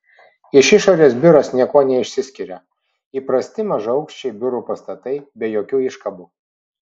iš išorės biuras niekuo neišsiskiria įprasti mažaaukščiai biurų pastatai be jokių iškabų